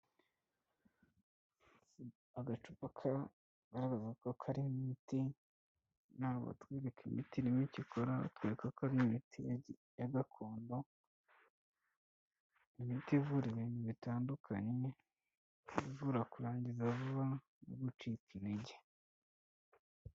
Agacupa ka bavuze ko karimo imiti ntabwo batwereka imiti irimo icyo ikora batwereka ko ari imiti ya gakondo imiti ivura ibintu bitandukanye ivura kurangiza vuba no gucika intege.